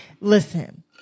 Listen